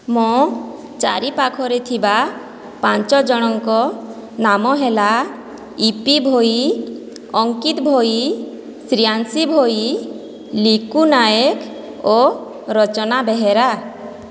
ମୋ ଚାରିପାଖରେ ଥିବା ପାଞ୍ଚ ଜଣଙ୍କ ନାମ ହେଲା ଇପି ଭୋଇ ଅଙ୍କିତ ଭୋଇ ଶ୍ରେୟାଂଶୀ ଭୋଇ ଲିକୁ ନାଏକ ଓ ରଚନା ବେହେରା